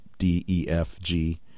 D-E-F-G